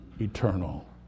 eternal